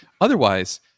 Otherwise